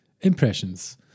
Impressions